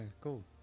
cool